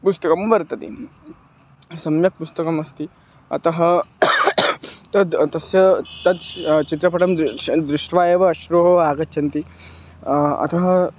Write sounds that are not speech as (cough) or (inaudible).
पुस्तकं वर्तते सम्यक् पुस्तकमस्ति अतः तत् तस्य तत् चित्रपटं (unintelligible) दृष्ट्वा एव अश्रु आगच्छन्ति अतः